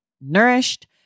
nourished